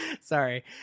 Sorry